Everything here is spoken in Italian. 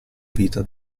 vita